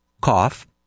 cough